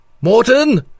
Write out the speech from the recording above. Morton